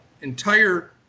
entire